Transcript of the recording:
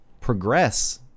progress